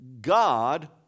God